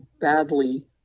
badly